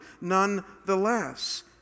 nonetheless